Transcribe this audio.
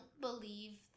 believe